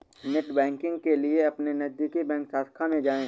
net banking के लिए अपने नजदीकी बैंक शाखा में जाए